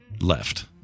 Left